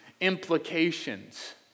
implications